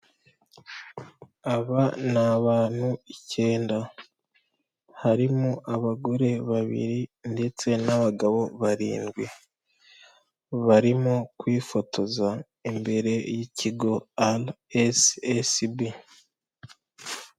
Aba ni abantu icyenda, harimo abagore babiri ndetse n'abagabo barindwi barimo kwifotoza imbere y'ikigo RSSB.